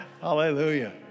Hallelujah